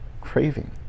craving